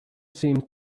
seemed